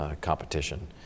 competition